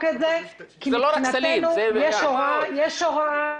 את זה כי מבחינתנו יש הוראה לפקידים.